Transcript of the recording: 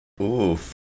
Oof